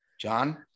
John